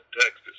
Texas